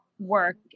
work